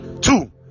Two